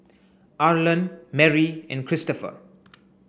Arlen Marry and Christopher